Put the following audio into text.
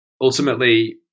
ultimately